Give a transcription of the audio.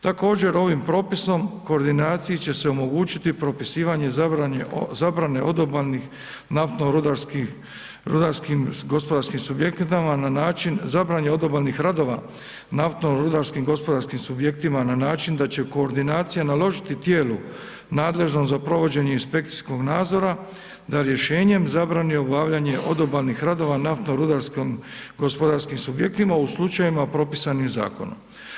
Također ovim propisom koordinaciji će se omogućiti propisivanje zabrane odobalnih naftno rudarskih, rudarskim gospodarskim subjektima na način zabrane odobalnih radova naftno rudarskim gospodarskim subjektima na način da će koordinacija naložiti tijelu nadležnom za provođenje inspekcijskog nadzora da rješenjem zabrani obavljanje odobalnih radova naftno rudarskom gospodarskim subjektima u slučajevima propisanim zakonom.